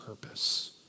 purpose